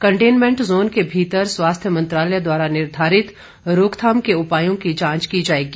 containment zone के भीतर स्वास्थ्य मंत्रालय द्वारा निर्धारित रोकथाम के उपायों की जांच की जाएगी